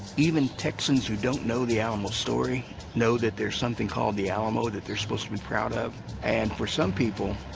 even texans who don't know the alamo story know that there is something called the alamo that they're supposed to be proud of and, for some people,